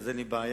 אז אין לי בעיה.